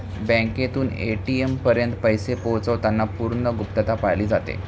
बँकेतून ए.टी.एम पर्यंत पैसे पोहोचवताना पूर्ण गुप्तता पाळली जाते